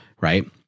right